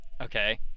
Okay